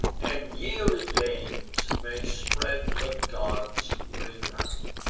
and yearly games may spread the gods' renown.